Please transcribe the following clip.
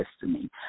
destiny